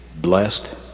blessed